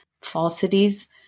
falsities